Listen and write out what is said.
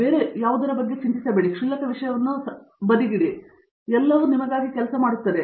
ಬೇರೆ ಯಾವುದರ ಬಗ್ಗೆ ಚಿಂತಿಸಬೇಡಿ ಎಲ್ಲವೂ ನಿಮಗೆ ಕೆಲಸ ಮಾಡುತ್ತದೆ